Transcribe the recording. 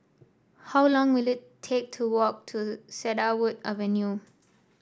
how long will it take to walk to Cedarwood Avenue